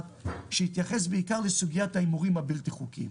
שיתייחס בעיקר לסוגיית ההימורים הבלתי חוקיים.